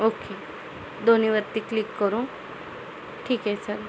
okay दोन्हीवरती click करू ठीक आहे चाल